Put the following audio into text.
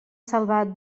salvar